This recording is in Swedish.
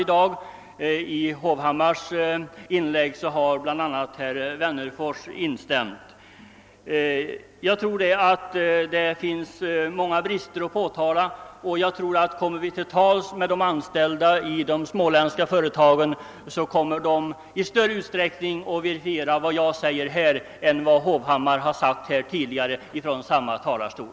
I herr Hovhammars inlägg har bl.a. herr Wennerfors instämt. Jag tror att det finns många brister att påtala. Om man kommer till tals med de anställda i de småländska företagen skall man nog finna att de är villiga att varifiera vad jag säger här men icke vad herr Hovhammar sagt från samma talarstol.